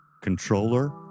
controller